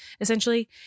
essentially